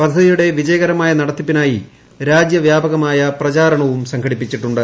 പദ്ധതിയുടെ വിജയകരമായ നടത്തിപ്പിനായി രാജ്യവ്യാപകമായ പ്രചാരണവും സംഘടിപ്പിച്ചിട്ടുണ്ട്